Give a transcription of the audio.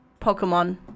Pokemon